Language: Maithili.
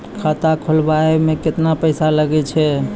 खाता खोलबाबय मे केतना पैसा लगे छै?